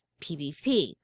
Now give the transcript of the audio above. pvp